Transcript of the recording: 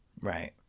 Right